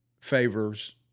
favors